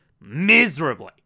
miserably